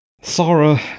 Sara